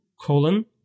colon